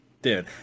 Dude